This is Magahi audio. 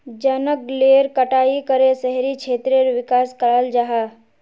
जनगलेर कटाई करे शहरी क्षेत्रेर विकास कराल जाहा